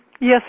Yes